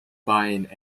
buying